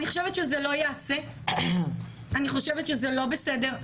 אני חושבת שזה לא ייעשה, אני חושבת שזה לא בסדר.